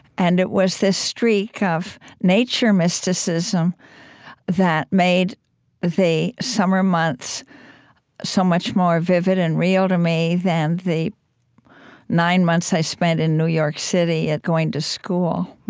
and it was this streak of nature mysticism that made the summer months so much more vivid and real to me than the nine months i spent in new york city going to school.